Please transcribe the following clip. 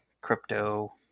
crypto